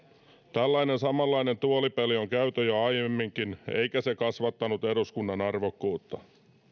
tällainen samanlainen tuolipeli on käyty jo aiemminkin eikä se kasvattanut eduskunnan arvokkuutta